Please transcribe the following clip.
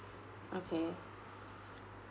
okay